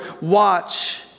watch